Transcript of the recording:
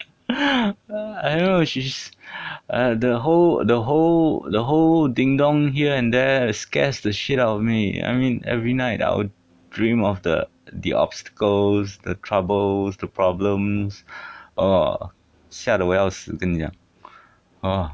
I don't know she's err the whole the whole the whole ding dong here and there scares the shit out of me I mean every night I will dream of the the obstacles the troubles the problems orh 吓得我要死跟你讲 orh